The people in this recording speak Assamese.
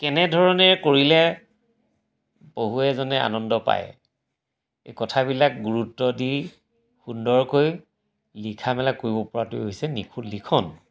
কেনেধৰণে কৰিলে বহু এজনে আনন্দ পায় এই কথাবিলাক গুৰুত্ব দি সুন্দৰকৈ লিখা মেলা কৰিব পৰাটোৱেই হৈছে নিখুঁত লিখন